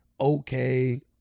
okay